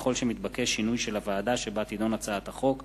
ככל שמתבקש שינוי של הוועדה שבה תידון הצעת החוק,